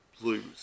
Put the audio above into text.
lose